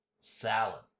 Salad